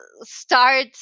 start